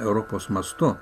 europos mastu